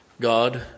God